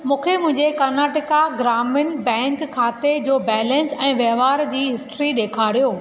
मूंखे मुंहिंजे कर्नाटक ग्रामीण बैंक खाते जो बैलेंस ऐं वहिंवार जी हिस्ट्री ॾेखारियो